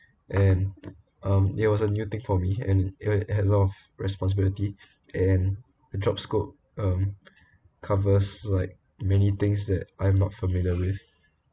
and um it was a new thing for me and it it had a lot of responsibility and the job scope um covers like many things that I'm not familiar with